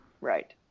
Right